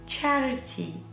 Charity